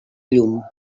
llum